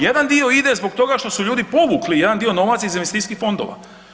Jedan dio ide zbog toga što su ljudi povukli jedan dio novaca iz investicijskih fondova.